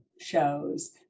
shows